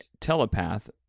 telepath